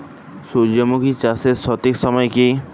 সূর্যমুখী চাষের সঠিক সময় কি?